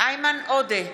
איימן עודה,